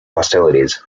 hostilities